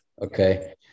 Okay